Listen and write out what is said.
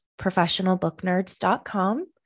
professionalbooknerds.com